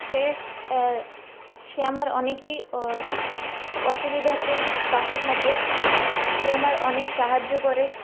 সে সে আমার অনেকই অসুবিধাতে পাশে থাকে সে আমার অনেক সাহায্য করে